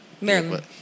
Maryland